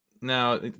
now